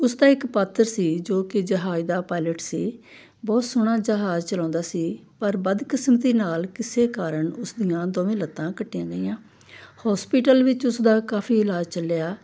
ਉਸਦਾ ਇੱਕ ਪਾਤਰ ਸੀ ਜੋ ਕਿ ਜਹਾਜ਼ ਦਾ ਪਾਇਲਟ ਸੀ ਬਹੁਤ ਸੋਹਣਾ ਜਹਾਜ਼ ਚਲਾਉਂਦਾ ਸੀ ਪਰ ਬਦਕਿਸਮਤੀ ਨਾਲ ਕਿਸੇ ਕਾਰਨ ਉਸਦੀਆਂ ਦੋਵੇਂ ਲੱਤਾਂ ਕੱਟੀਆਂ ਗਈਆਂ ਹੌਸਪੀਟਲ ਵਿੱਚ ਉਸਦਾ ਕਾਫੀ ਇਲਾਜ ਚੱਲਿਆ